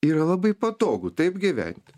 yra labai patogu taip gyventi